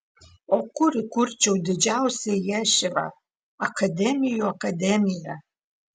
o kur įkurčiau didžiausią ješivą akademijų akademiją